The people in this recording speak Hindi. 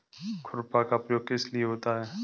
खुरपा का प्रयोग किस लिए होता है?